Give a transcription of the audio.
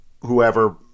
whoever